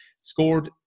Scored